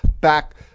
back